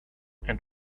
and